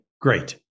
great